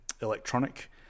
electronic